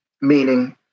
Meaning-